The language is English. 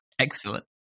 Excellent